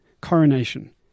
Coronation